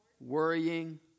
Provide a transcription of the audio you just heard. Worrying